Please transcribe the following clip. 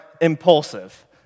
impulsive